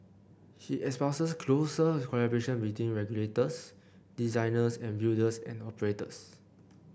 he espouses closer collaboration between regulators designers and builders and operators